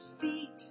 feet